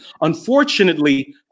Unfortunately